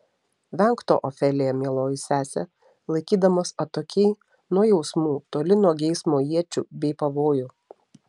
venk to ofelija mieloji sese laikydamos atokiai nuo jausmų toli nuo geismo iečių bei pavojų